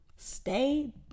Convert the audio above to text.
stay